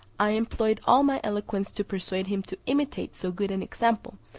i employed all my eloquence to persuade him to imitate so good an example,